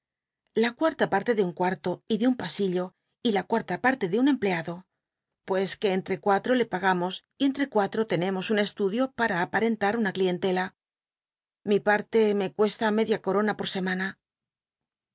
la cuarta parle de un cuarto y de un pasillo y la cua rta patte ele un empleado pues que entre cnato le pagamo y entre cuatro tenemos un estudio pa ra aparcnlat una clientela l i t'l e me cuesta media coron por semana